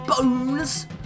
bones